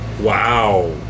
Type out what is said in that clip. Wow